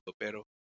pero